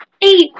Eight